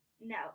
No